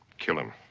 kill him.